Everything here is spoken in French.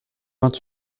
vingt